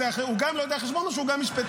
הוא גם לא יודע חשבון או שהוא גם משפטן?